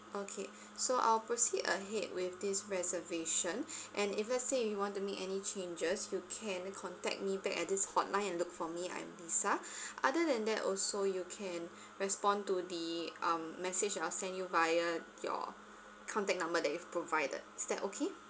okay so I'll proceed ahead with this reservation and if let's say if you want to make any changes you can contact me back at this hotline and look for me I'm lisa other than that also you can respond to the um message that I'll send you via your contact number that you've provided is that okay